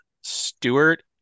Stewart